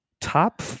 Top